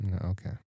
Okay